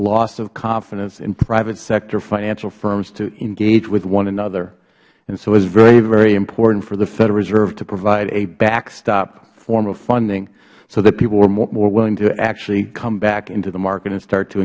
loss of confidence in privatesector financial firms to engage with one another and so it was very very important for the federal reserve to provide a backstop form of funding so that people were more willing to actually come back into the market and start to